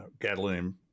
gadolinium